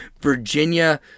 Virginia